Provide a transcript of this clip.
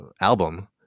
album